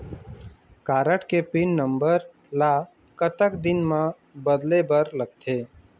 Card के pin number ला कतक दिन म बदले बर लगथे?